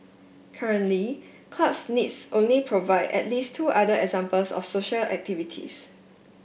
currently clubs needs only provide at least two other examples of social activities